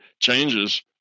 changes